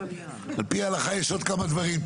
יש עוד כמה דברים לפי ההלכה.